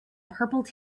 purple